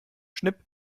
schnipp